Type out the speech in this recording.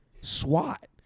Swat